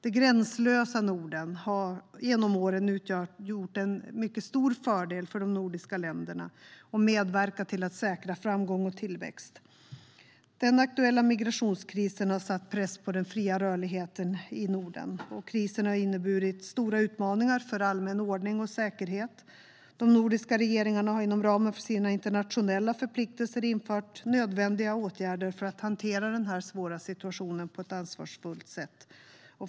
Det gränslösa Norden har genom åren utgjort en mycket stor fördel för de nordiska länderna och medverkat till att säkra framgång och tillväxt. Den aktuella migrationskrisen har satt press på den fria rörligheten i Norden. Krisen har inneburit stora utmaningar för allmän ordning och säkerhet. De nordiska regeringarna har inom ramen för sina internationella förpliktelser vidtagit nödvändiga åtgärder för att hantera den här svåra situationen på ett ansvarsfullt sätt.